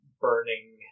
burning